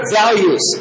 values